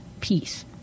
peace